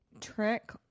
Trick